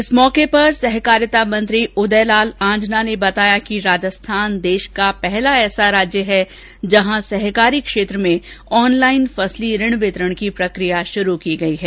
इस मौके पर सहकारिता मंत्री उदयलाल आंजना ने कहा कि राजस्थान देश का पहला राज्य है जहां सहकारी क्षेत्र में ऑनलाइन फसली ऋण वितरण की प्रक्रिया शुरू की गई है